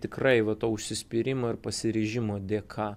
tikrai va to užsispyrimo ir pasiryžimo dėka